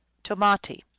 tomati.